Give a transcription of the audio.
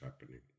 happening